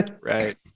Right